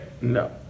no